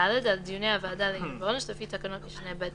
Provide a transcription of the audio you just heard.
(ד) על דיוני הוועדה לעיון בעונש לפי תקנות משנה (ב)